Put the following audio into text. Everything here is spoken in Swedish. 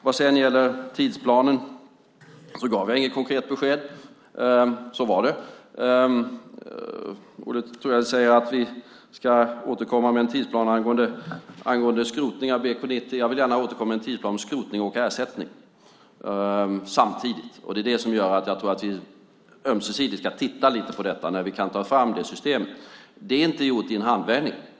Vad gäller tidsplanen gav jag inget konkret besked. Så var det. Olle Thorell säger att vi ska återkomma med en tidsplan angående skrotning av BK 90. Jag vill gärna återkomma med en tidsplan om skrotning och ersättning samtidigt. Det är det som gör att jag tror att vi ömsesidigt ska titta lite på när vi kan ta fram det systemet. Det är inte gjort i en handvändning.